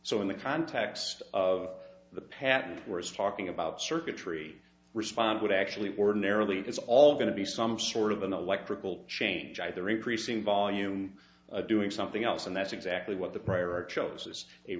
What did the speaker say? so in the context of the patent words talking about circuitry respond would actually ordinarily it's all going to be some sort of an electrical change either increasing volume doing something else and that's exactly what the prior